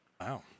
Wow